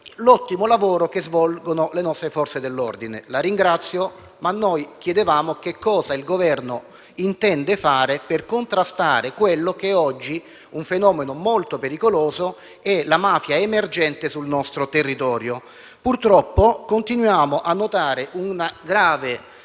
l'ottimo lavoro svolto dalle nostre Forze dell'ordine. La ringrazio, ma noi chiedevamo cosa intende fare il Governo per contrastare quello che è oggi un fenomeno molto pericoloso e la mafia emergente sul nostro territorio. Purtroppo continuiamo a notare una grave